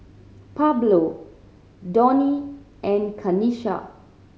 Pablo Donnie and Kanisha